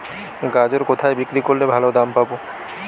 গাজর কোথায় বিক্রি করলে ভালো দাম পাব?